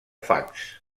fax